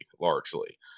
largely